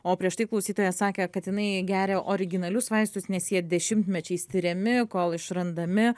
o prieš tai klausytoja sakė kad jinai geria originalius vaistus nes jie dešimtmečiais tiriami kol išrandami